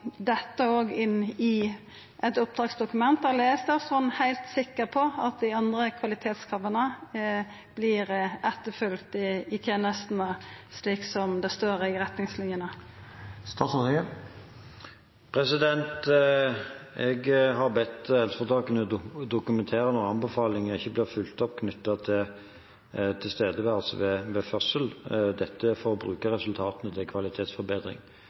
dette også inn i eit oppdragsdokument, eller er statsråden heilt sikker på at dei andre kvalitetskrava vert etterfølgde i tenestene, slik som det står i retningslinjene? Jeg har bedt helseforetakene dokumentere når anbefalinger knyttet til tilstedeværelse ved fødsel ikke blir fulgt opp – dette for å bruke resultatene til en kvalitetsforbedring.